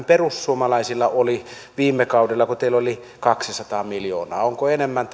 perussuomalaisilla oli viime kaudella kun teillä oli kaksisataa miljoonaa onko enemmän